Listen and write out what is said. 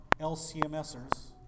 LCMSers